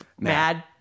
Mad